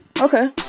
Okay